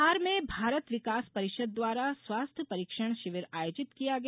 धार में भारत विकास परिषद द्वारा स्वास्थ्य परीक्षण शिविर आयोजित किया गया